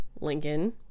Lincoln